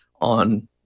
on